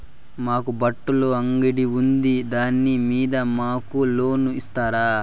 మాకు బట్టలు అంగడి ఉంది దాని మీద మాకు లోను ఇస్తారా